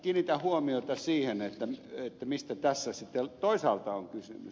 kiinnitän huomiota siihen mistä tässä toisaalta on kysymys